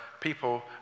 people